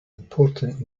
important